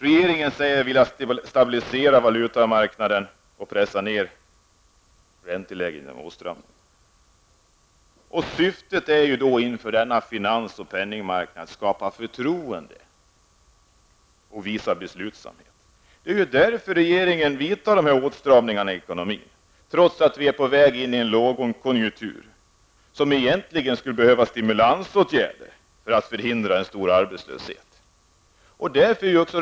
Regeringen säger sig vilja stabilisera valutamarknaden och pressa ned ränteläget genom åtstramningar. Syftet är att inför finans och penningmarknaden skapa förtroende och visa beslutsamhet. Därför vidtar regeringen åtstramningar i ekonomin, trots att vi är på väg in i en lågkonjunktur då vi egentligen skulle behöva stimulansåtgärder för att kunna förhindra ökad arbetslöshet.